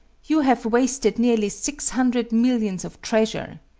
you have wasted nearly six hundred millions of treasure.